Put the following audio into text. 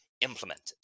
implemented